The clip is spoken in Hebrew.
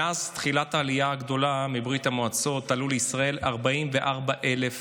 מאז תחילת העלייה הגדולה מברית המועצות עלו לישראל 44,000 אנשים,